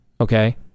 okay